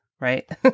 right